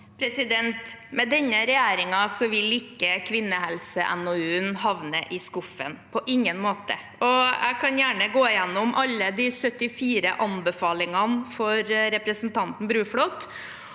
Med denne re- gjeringen vil ikke kvinnehelse-NOU-en havne i skuffen – på ingen måte. Jeg kan gjerne gå gjennom alle de 74 anbefalingene for representanten Bruflot.